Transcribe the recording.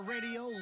Radio